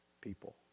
people